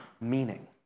meaning